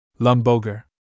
Lumboger